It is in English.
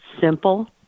simple